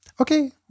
Okay